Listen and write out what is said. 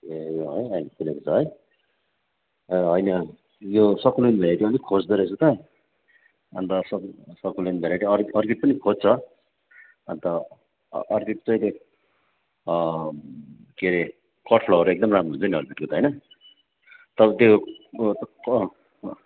ए है अहिले फुलेको छ है होइन यो सकुलेन्ट भेराइटी खोज्दो रहेछ त अन्त सकुलेन्ट भेराइटी अर्किड पनि खोज्छ अन्त अर्किड चाहिँ के अरे कट फ्लावर एकदम राम्रो हुन्छ नि अर्किडको त होइन तर त्यो उयो